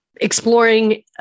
exploring